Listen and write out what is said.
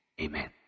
Amen